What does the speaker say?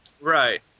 Right